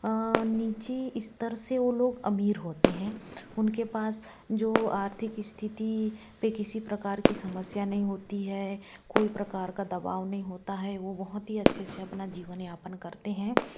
नीचे स्तर से वह लोग अमीर होते हैं उनके पास जो आर्थिक स्थिति पर किसी प्रकार की समस्या नहीं होती है कोई प्रकार का दबाव नहीं होता है वह बहुत ही अच्छे से अपना जीवन यापन करते हैं